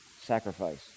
sacrifice